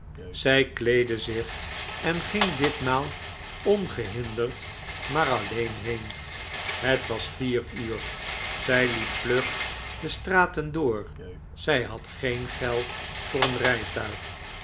zij kleedde zich en ging ditmaal ongehinderd maar alleen heen het was vier uur zij liep vlug de straten door zij had geen geld voor